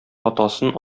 атасын